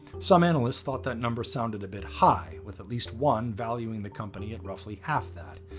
some analysts thought that number sounded a bit high, with at least one valuing the company at roughly half that.